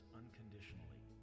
unconditionally